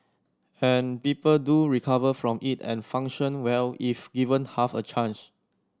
and people do recover from it and function well if given half a chance